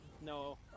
No